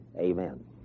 Amen